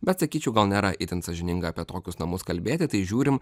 bet sakyčiau gal nėra itin sąžininga apie tokius namus kalbėti tai žiūrim